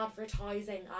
advertising